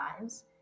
lives